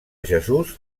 jesús